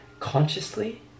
Consciously